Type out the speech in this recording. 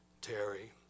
Terry